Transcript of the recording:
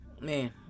Man